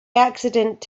accident